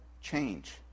change